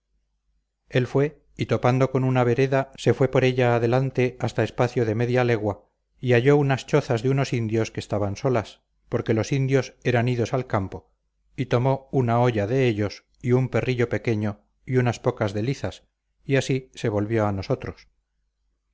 él fue y topando con una vereda se fue por ella adelante hasta espacio de media legua y halló unas chozas de unos indios que estaban solas porque los indios eran idos al campo y tomó una olla de ellos y un perrillo pequeño y unas pocas de lizas y así se volvió a nosotros